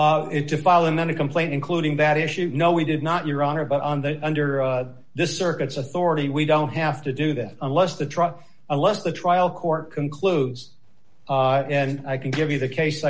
file and then to complain including that issue no we did not your honor but under under this circuit's authority we don't have to do that unless the truck unless the trial court concludes and i can give you the case